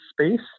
space